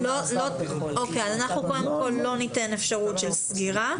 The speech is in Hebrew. אנחנו לא ניתן אפשרות של סגירה.